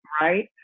Right